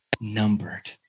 numbered